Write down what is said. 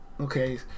Okay